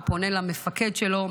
הוא פונה למפקד שלו,